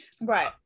Right